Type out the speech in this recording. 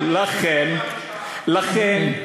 לכן,